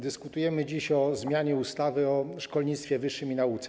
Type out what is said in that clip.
Dyskutujemy dziś o zmianie ustawy o szkolnictwie wyższym i nauce.